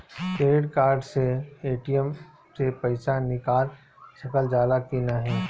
Credit card से ATM से पइसा निकाल सकल जाला की नाहीं?